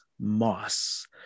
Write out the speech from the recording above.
Moss